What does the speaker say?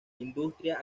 industria